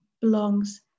belongs